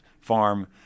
farm